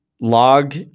log